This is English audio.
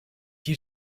you